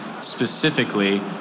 specifically